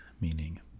meaning